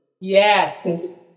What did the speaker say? Yes